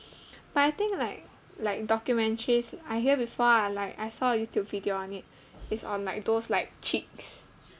but I think like like documentaries I hear before ah like I saw a youtube video on it it's on like those like chicks